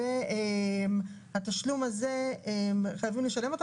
את התשלום הזה חייבים לשלם.